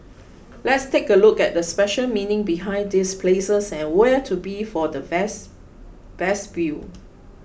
let's take a look at the special meaning behind these places and where to be for the best view